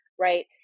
right